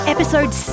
Episode